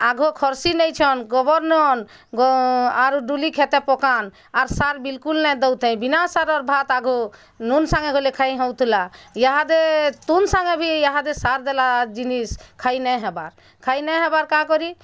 ଆଗ ଖର୍ସି ନେଇଁ ଛିଅନ୍ ଗୋବର୍ ନଅନ୍ ଆର୍ ଡୁଲି କ୍ଷେତେ ପକାଅନ୍ ଆର୍ ସାର୍ ବିଲକୁଲ୍ ନାଇଁ ଦେଉଥାଇ ବିନା ସାରର୍ ଭାତ୍ ଆଘୋ ନୁନ୍ ସାଙ୍ଗେ ଗଲେ ଖାଇଁ ହେଉଥିଲା ଇହାଦେ ତୁନ୍ ସାଙ୍ଗେ ବି ଇହାଦେ ସାର୍ ଦେଲା ଜିନିଷ୍ ଖାଇ ନାଇଁ ହେବାର୍ ଖାଇ ନାଇଁ ହେବାର୍ କାଁ କରି